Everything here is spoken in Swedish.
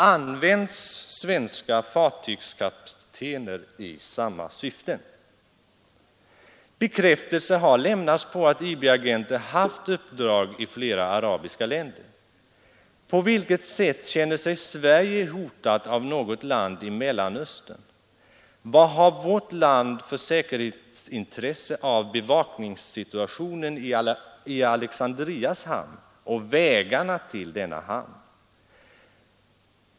Används svenska fartygskaptener i samma syften? Bekräftelse har lämnats på att IB-agenter haft uppdrag i flera arabiska länder. På vilket sätt känner sig Sverige hotat av något land i Mellanöstern? Vad har vårt land för säkerhetsintresse av bevakningssituationen i Alexandrias hamn och vägarna till denna hamn?